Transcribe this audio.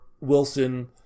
Wilson